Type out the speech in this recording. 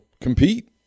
compete